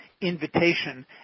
invitation